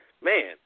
man